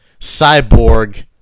Cyborg